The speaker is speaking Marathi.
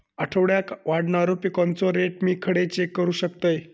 आठवड्याक वाढणारो पिकांचो रेट मी खडे चेक करू शकतय?